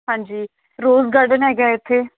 ਹਾਂਜੀ rose garden ਹੈਗਾ ਇੱਥੇ